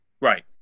Right